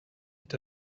est